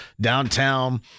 downtown